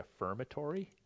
affirmatory